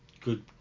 Good